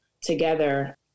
together